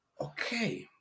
Okay